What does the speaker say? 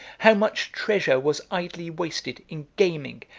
how much treasure was idly wasted in gaming,